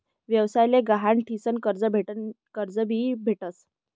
व्यवसाय ले गहाण ठीसन कर्ज भी भेटस